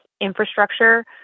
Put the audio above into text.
infrastructure